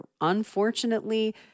unfortunately